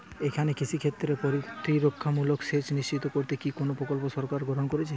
এখানে কৃষিক্ষেত্রে প্রতিরক্ষামূলক সেচ নিশ্চিত করতে কি কোনো প্রকল্প সরকার গ্রহন করেছে?